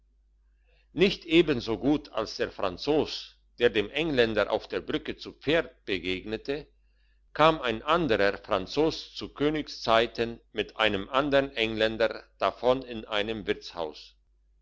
nicht ebenso gut als der franzos der dem engländer auf der brücke zu pferd begegnete kam ein anderer franzos zu königszeiten mit einem andern engländer davon in einem wirtshaus